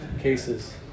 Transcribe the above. cases